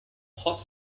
hot